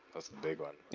that's a big one.